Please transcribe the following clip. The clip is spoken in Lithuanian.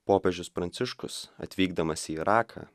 popiežius pranciškus atvykdamas į iraką